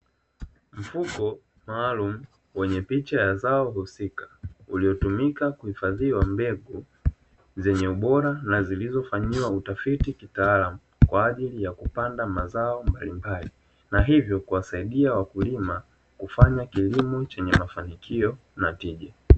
Mfuko maalumu wenye picha ya zao husika uliotumika kuhifadhia mbegu zenye ubora na zilizofanyiwa utafiti kitaalamu, kwa ajili ya kupanda mazao mbalimbali na hivyo kuwasaidia wakulima kufanya kilimo chenye mafanikio na tija.